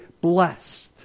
blessed